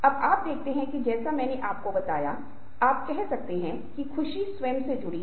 अब ये कुछ चीजें हैं जो प्रभावी संचार और बातचीत में बाधा बन सकती हैं और इस पर ध्यान देने की आवश्यकता है